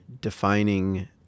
defining